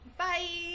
Bye